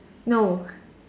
no